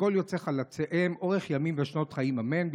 מכל יוצאי חלציהם, אורך ימים ושנות חיים, אמן.